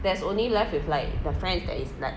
there's only left with like the friends that is like